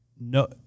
No